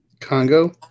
Congo